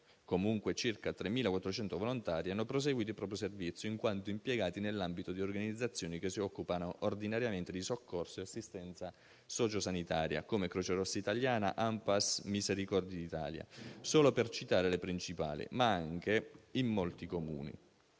comunque, circa 3.400 volontari hanno proseguito il proprio servizio in quanto impiegati nell'ambito di organizzazioni che si occupano ordinariamente di soccorso e assistenza sociosanitaria, come Croce Rossa italiana, ANPAS, Misericordie d'Italia, solo per citare le principali, ma anche in molti Comuni.